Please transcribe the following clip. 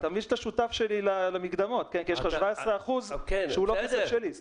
אתה מבין שאתה שותף שלי למקדמות כי יש לך 17% שהוא לא כסף שלי.